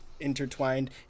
intertwined